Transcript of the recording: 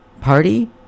Party